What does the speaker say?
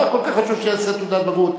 מה כל כך חשוב שאעשה תעודת בגרות?